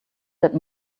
that